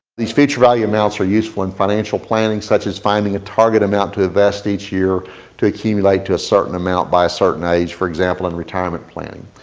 these future value amounts are useful in financial planning such as finding a target amount to invest each year to accumulate to a certain amount by a certain age. for example, in retirement planning.